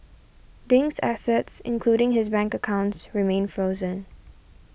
Ding's assets including his bank accounts remain frozen